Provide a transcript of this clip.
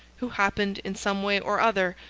who happened, in some way or other,